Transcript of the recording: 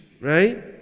right